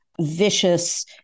vicious